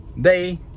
day